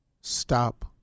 Stop